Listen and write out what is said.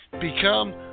become